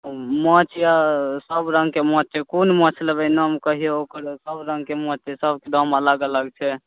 माछ यए सभ रङ्गके माछ छै कोन माछ लेबै नाम कहियौ ओकर सभ रङ्गके माछ छै सभके दाम अलग अलग छै